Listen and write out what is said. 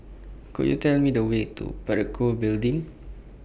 Could YOU Tell Me The Way to Parakou Building